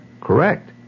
Correct